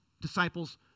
disciples